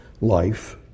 life